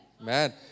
man